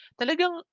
talagang